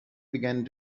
began